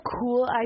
cool